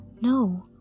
No